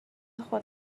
خود